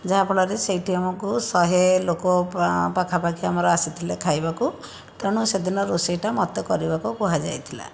ଯାହାଫଳରେ ସେଇଠି ଆମକୁ ଶହେ ଲୋକ ପା ପାଖାପାଖି ଆମର ଆସିଥିଲେ ଖାଇବାକୁ ତେଣୁ ସେଦିନ ରୋଷେଇଟା ମୋତେ କରିବାକୁ କୁହାଯାଇଥିଲା